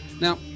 Now